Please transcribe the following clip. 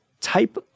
type